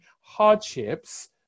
hardships